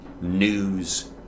news